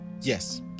Yes